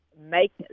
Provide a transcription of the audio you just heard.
make